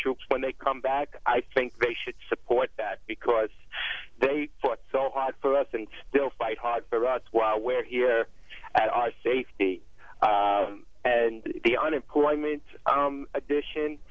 troops when they come back i think they should support that because they fought so hard for us and still fight hard for us while we're here at our safety and the unemployment edition